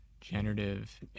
generative